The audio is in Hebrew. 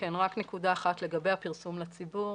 רק נקודה אחת לגבי הפרסום לציבור,